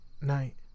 Night